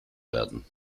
werden